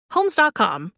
Homes.com